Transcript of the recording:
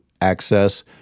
access